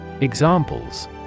Examples